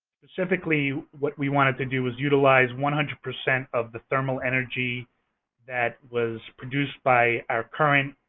specifically, what we wanted to do was utilize one hundred percent of the thermal energy that was produced by our current